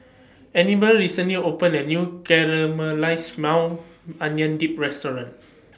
Anibal recently opened A New Caramelized Maui Onion Dip Restaurant